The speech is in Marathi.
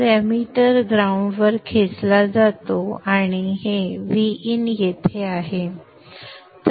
तर एमीटर ग्राउंड वर खेचला जातो आणि हेVin येथे आहे